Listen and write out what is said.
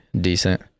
decent